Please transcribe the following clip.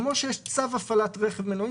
כמו שיש צו הפעלת רכב מנועי,